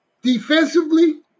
Defensively